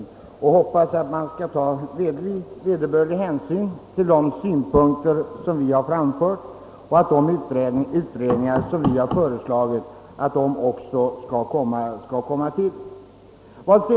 Vi får nu hoppas att Kungl. Maj:t i alla fall kommer att ta vederbörlig hänsyn till de synpunkter vi anfört och att de utredningar vi föreslagit kommer att tillsättas.